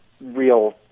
real